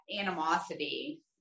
animosity